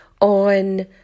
on